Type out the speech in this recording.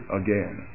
again